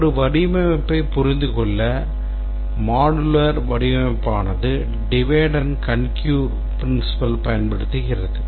ஒரு வடிவமைப்பைப் புரிந்துகொள்ள modular வடிவமைப்பு ஆனது divide and conquer principle பயன்படுத்துகிறது